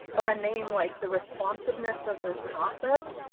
i want a name like the responsiveness of this process.